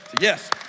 yes